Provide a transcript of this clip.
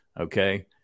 Okay